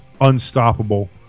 unstoppable